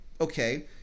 Okay